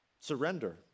Surrender